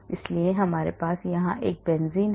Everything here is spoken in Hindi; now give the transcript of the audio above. इसलिए हमारे यहां एक बेंजीन है